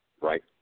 Right